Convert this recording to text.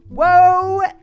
Whoa